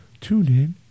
TuneIn